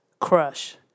crush